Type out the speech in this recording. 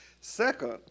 Second